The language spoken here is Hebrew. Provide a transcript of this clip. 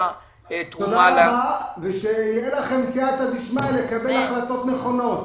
תודה רבה ושתהיה לכם סיעתא דשמיא לקבל החלטות נכונות.